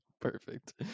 Perfect